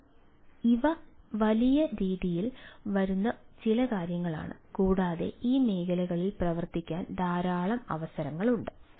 അതിനാൽ ഇവ വലിയ രീതിയിൽ വരുന്ന ചില കാര്യങ്ങളാണ് കൂടാതെ ഈ മേഖലകളിൽ പ്രവർത്തിക്കാൻ ധാരാളം അവസരങ്ങളുണ്ട്